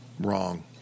wrong